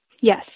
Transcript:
Yes